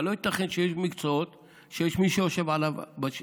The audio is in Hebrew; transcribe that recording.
אבל לא ייתכן שיש מקצועות שיש מישהו שיושב על השיבר